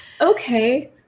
okay